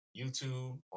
YouTube